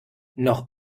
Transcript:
noch